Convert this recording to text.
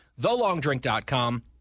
thelongdrink.com